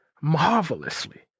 marvelously